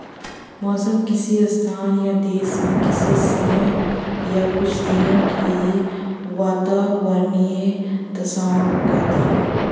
मौसम किसी स्थान या देश में किसी समय या कुछ दिनों की वातावार्नीय दशाओं को कहते हैं